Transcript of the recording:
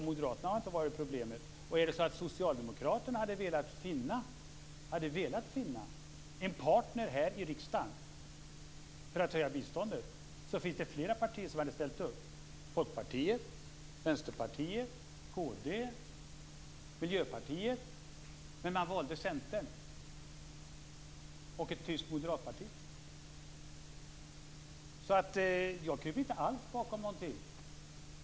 Moderaterna har inte varit problemet. Om socialdemokraterna hade velat finna en partner här i riksdagen för att höja biståndet finns det flera partier som hade ställt upp: Folkpartiet, Vänsterpartiet, kd, Miljöpartiet. Men man valde Centern och ett tyst moderatparti. Jag kryper inte alls bakom någonting.